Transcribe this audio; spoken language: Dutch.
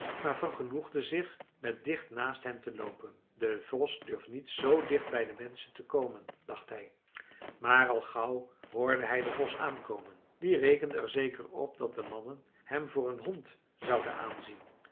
maar vergenoegde zich met dicht naast hen te loopen de vos durft niet zoo dicht bij de menschen te komen dacht hij maar al gauw hoorde hij de vos aankomen die rekende er zeker op dat de mannen hem voor een hond zouden aanzien